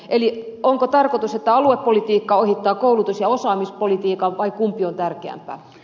eli onko tarkoitus että aluepolitiikka ohittaa koulutus ja osaamispolitiikan vai kumpi on tärkeämpää